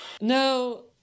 No